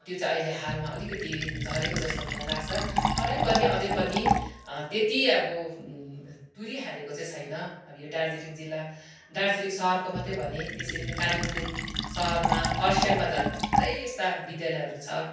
त्यो चाहिँ अहिले हालमा अलिकति झरेको जस्तो मलाई लाग्छ तरै पनि अझै पनि त्यति अब तुरिहालेको चाहिँ छैन अब यो दार्जलिङ जिल्ला दार्जिलिङ सहरको मात्रै भनेँ त्यसरी नै कालिम्पोङ सहरमा खरसाङमा झन थुप्रै यस्ता विद्यालयहरू छ